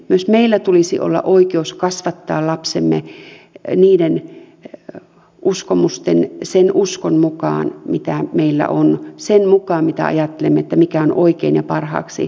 myös meillä tulisi olla oikeus kasvattaa lapsemme niiden uskomusten sen uskon mukaan mitä meillä on sen mukaan minkä ajattelemme olevan oikein ja parhaaksi lapsia ajatellen